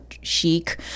chic